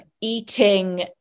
eating